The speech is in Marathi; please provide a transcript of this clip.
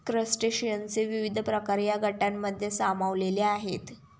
क्रस्टेशियनचे विविध प्रकार या गटांमध्ये सामावलेले आहेत